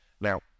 Now